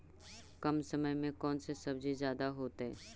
कम समय में कौन से सब्जी ज्यादा होतेई?